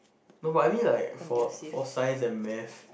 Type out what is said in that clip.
no but I mean like for for science and maths